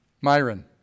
Myron